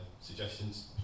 suggestions